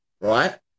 Right